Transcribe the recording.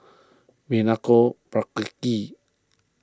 Milenko Prvacki